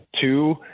two